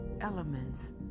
elements